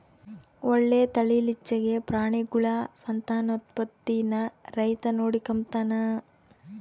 ಒಳ್ಳೆ ತಳೀಲಿಚ್ಚೆಗೆ ಪ್ರಾಣಿಗುಳ ಸಂತಾನೋತ್ಪತ್ತೀನ ರೈತ ನೋಡಿಕಂಬತಾನ